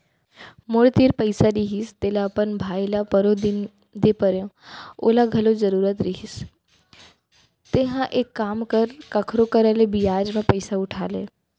मोर तीर पइसा रहिस तेला अपन भाई ल परोदिन दे परेव ओला घलौ जरूरत रहिस हे तेंहा एक काम कर कखरो करा ले बियाज म पइसा उठा ले